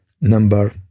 number